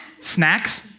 Snacks